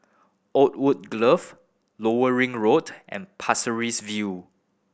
Oakwood Grove Lower Ring Road and Pasir Ris View